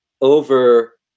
over